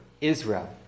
Israel